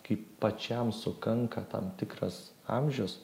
kai pačiam sukanka tam tikras amžius